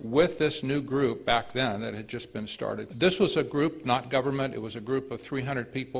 with this new group back then it had just been started this was a group not government it was a group of three hundred people